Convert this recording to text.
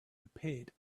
appeared